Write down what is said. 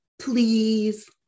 please